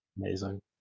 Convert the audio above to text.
Amazing